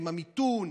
עם המיתון,